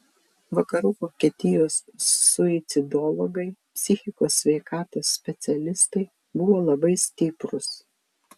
vakarų vokietijos suicidologai psichikos sveikatos specialistai buvo labai stiprūs